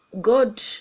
God